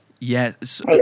Yes